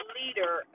leader